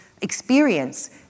experience